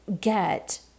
get